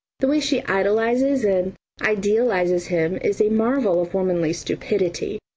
the way she idolises and idealises him is a marvel of womanly stupidity.